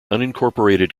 unincorporated